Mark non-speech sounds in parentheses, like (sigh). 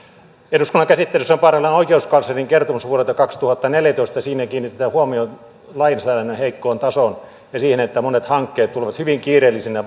eduskunnan käsittelyssä on parhaillaan oikeuskanslerin kertomus vuodelta kaksituhattaneljätoista ja siinä kiinnitetään huomiota lainsäädännön heikkoon tasoon ja siihen että monet hankkeet tulevat hyvin kiireellisinä (unintelligible)